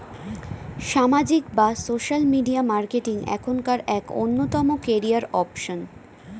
সামাজিক বা social media marketing এখনকার এক অন্যতম ক্যারিয়ার অপশন